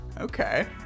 Okay